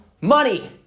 money